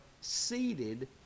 seated